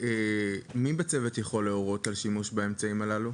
מי בצוות יכול להורות על שימוש באמצעים האלה?